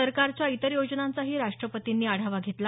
सरकारच्या इतर योजनांचाही राष्ट्रपतींनी आढावा घेतला